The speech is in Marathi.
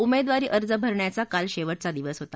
उमेदवारी अर्ज भरण्याचा काल शेवटचा दिवस होता